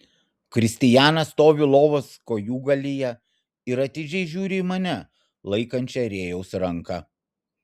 kristijanas stovi lovos kojūgalyje ir atidžiai žiūri į mane laikančią rėjaus ranką